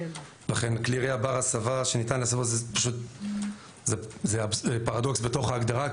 לכן כלי ירייה בר הסבה שניתן להסבו זה פשוט פרדוקס בתוך ההגדרה,